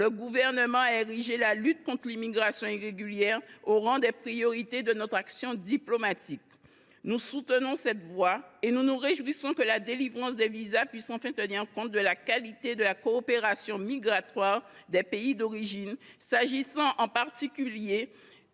Gouvernement a érigé la lutte contre l’immigration irrégulière au rang des priorités de notre action diplomatique. Nous soutenons cette voie et nous nous réjouissons que la délivrance des visas puisse enfin tenir compte de la qualité de la coopération migratoire des pays d’origine, s’agissant en particulier